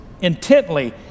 intently